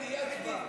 אני רוצה הצבעה.